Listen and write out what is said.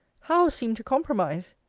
how seem to compromise?